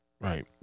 right